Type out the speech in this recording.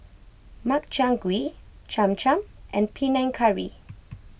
Makchang Gui Cham Cham and Panang Curry